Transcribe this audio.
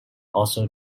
also